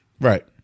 Right